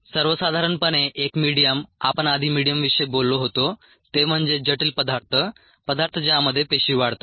सर्वसाधारणपणे एक मिडीयम आपण आधी मिडीयमविषयी बोललो होतो ते म्हणजे जटिल पदार्थ पदार्थ ज्यामध्ये पेशी वाढतात